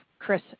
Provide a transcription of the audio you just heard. Chris